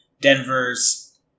Denver's